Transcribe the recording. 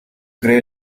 gray